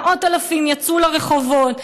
מאות אלפים יצאו לרחובות.